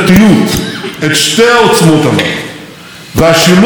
ביניהן מקנה לנו עוצמה מדינית כבירה.